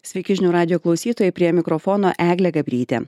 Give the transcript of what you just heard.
sveiki žinių radijo klausytojai prie mikrofono eglė gabrytė